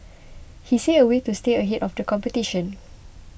he see a way to stay ahead of the competition